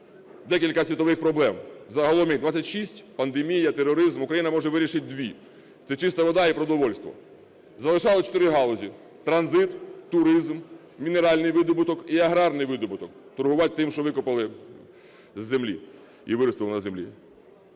декілька світових проблем, загалом їх 26: пандемія, тероризм… Україна може вирішити дві – це чиста вода і продовольство. Залишилось чотири галузі: транзит, туризм, мінеральний видобуток і аграрний видобуток - торгувати тим, що викопали з землі і виростили на землі.